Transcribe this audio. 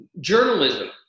journalism